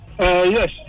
Yes